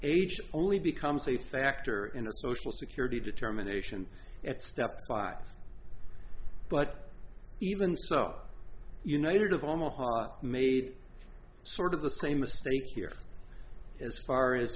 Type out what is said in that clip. age only becomes a factor in a social security determination at step five but even so united of omaha made sort of the same mistake here as far as